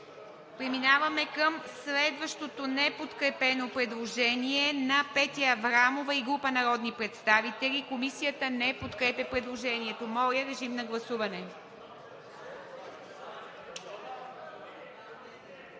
Преминаваме към гласуване по § 5 и предложение на Пламен Абровски и група народни представители. Комисията не подкрепя предложението. Моля, режим на гласуване.